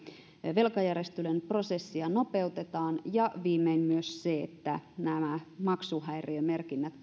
velkajärjestelyn prosessia nopeutetaan ja viimein myös sitä että maksuhäiriömerkinnät